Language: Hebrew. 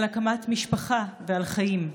על הקמת משפחה ועל חיים.